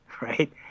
right